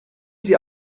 sie